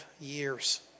years